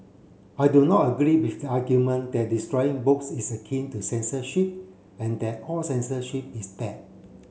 I do not agree with the argument that destroying books is akin to censorship and that all censorship is bad